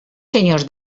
senyors